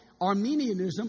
Armenianism